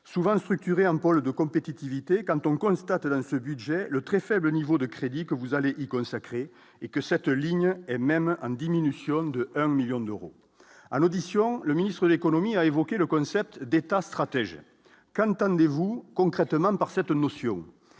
souvent structurer un pôle de compétitivité quand on constate dans ce budget, le très faible niveau de crédit que vous allez-y consacrer et que cette ligne est même en diminution de 1 1000000 d'euros à l'audition, le ministre de l'Économie a évoqué le concept d'état stratège qu'entendez-vous concrètement par cette notion à